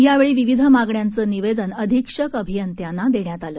यावेळी विविध मागण्यांचं निवेदन अधिक्षक अभियंत्यांना देण्यात आलं